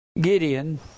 Gideon